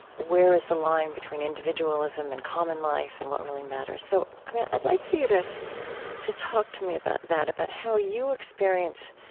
where is the line between individualism and common life, and what really matters. so, i mean, i'd like for you to to talk to me about that, about how you experience,